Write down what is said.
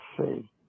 see